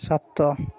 ସାତ